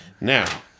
Now